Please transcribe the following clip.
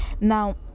now